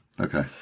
Okay